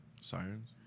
Sirens